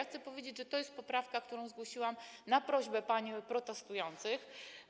Chcę powiedzieć, że to jest poprawka, którą zgłosiłam na prośbę pań protestujących.